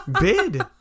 Bid